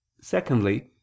Secondly